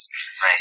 Right